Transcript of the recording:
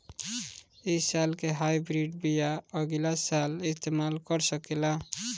इ साल के हाइब्रिड बीया अगिला साल इस्तेमाल कर सकेला?